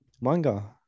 manga